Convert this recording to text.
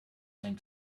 same